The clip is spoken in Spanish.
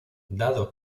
dado